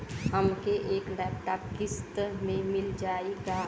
हमके एक लैपटॉप किस्त मे मिल जाई का?